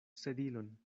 sedilon